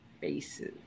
faces